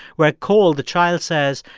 where cole, the child, says,